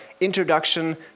introduction